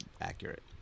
accurate